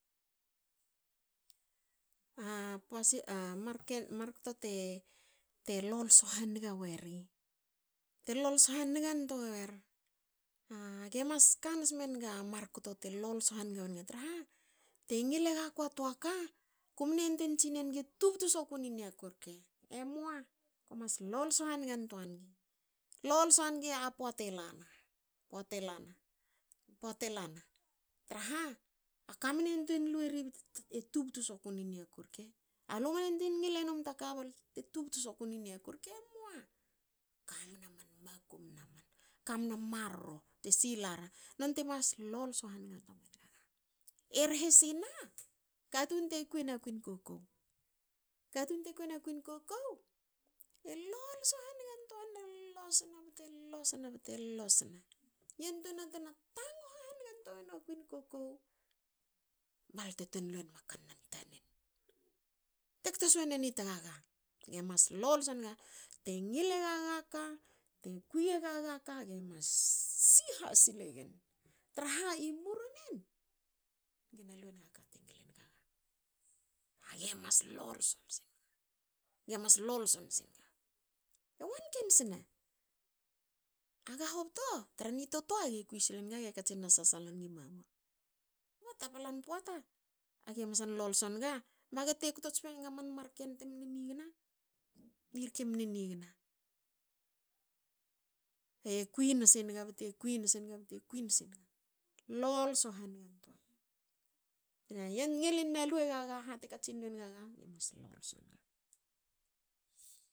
A a a markto te lolso hanga weri te lolso hangatua weri aga e mas kan simenga markto te lolso weri traha te ngil e gaku a toa ka aku mne tsinenge e tubtu soku ni niaku rke e moa komas lolso hangetuan gi, lolso ngi a poata e lana. poata lana, poata lana traha a ka mne yantuein lue ri bte tubtu soku na i niaku. alu mne yantuei ngilenum ta ka bte tubtu soku na niaku rke emua kamna man makum na man kamna man marror te sila ra non temas lolso hangantoa men gaga e rehe sina a katun te kui na kuin kokou. Katun te kwi na kuin kokou e lolso hangentuana yantweina tena tangho hangantua wona kuin kokou bal lu te tun lu enum a kanan tanen. Te kto swonen i tagaga. ge mas lolso nga te ngilen gaga kate kuien gaga ka gemas siha sile gen traha i murunen ne na luen ma ka te ngile gaga. mas lolso psa nga, ge na lolso singa e wanken sne a ga hobto tra ni totoa a ga e kui sil enga ge katsin hasasala e nga mama kba taplan poata aga e masal lolso nga ba a te kto tspne ga markto mne nigna e rke mne nigna e kuin singa bte kuin singa bte kuin singa lolso hangetua. Te na ngilin lu e gaga kate katsin lue nga gemas lolso hange ga.